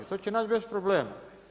To će naći bez problema.